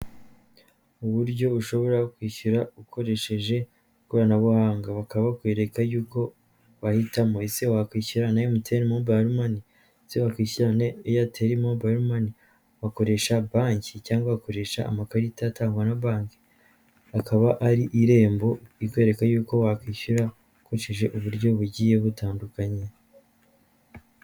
Uburyo ushobora kwishyura ukoresheje ikoranabuhanga, bakaba bakwereka yuko wahitamo, ese wakwishyurana na MTN mobile mani? ese wakishyura na Eyateli mobile mani? wakoresha banki cyangwa wakoresha amakarita atangwa na bank? akaba ari irembo ikwereka yuko wakwishyura ukoresheje uburyo bugiye butandukanye.